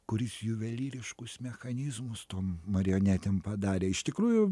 kuris juvelyriškus mechanizmus tom marionetėm padarė iš tikrųjų